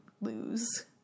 lose